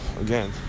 Again